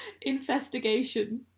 investigation